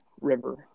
River